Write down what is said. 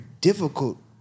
difficult